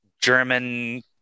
german